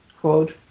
quote